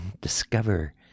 discover